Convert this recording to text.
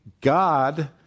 God